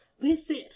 Listen